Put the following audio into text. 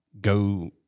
go